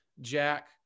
Jack